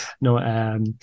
no